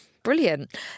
brilliant